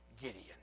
Gideon